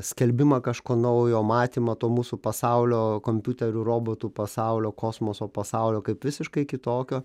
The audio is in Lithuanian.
skelbimą kažko naujo matymą to mūsų pasaulio kompiuterių robotų pasaulio kosmoso pasaulio kaip visiškai kitokio